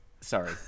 Sorry